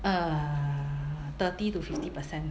err thirty to fifty percent